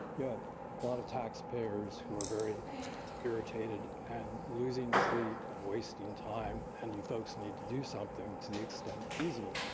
yeah lot of taxpayers who are very irritated and losing sleep and wasting time, and you folks need to do something to the extent feasible.